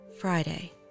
Friday